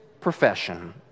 profession